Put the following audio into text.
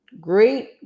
Great